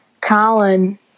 Colin